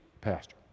Pastor